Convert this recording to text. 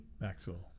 Maxwell